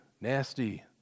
nasty